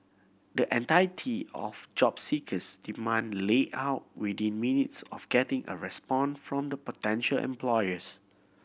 the entirety of job seeker's demand lay out within minutes of getting a respond from the potential employers